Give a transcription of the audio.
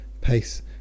pace